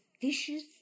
fishes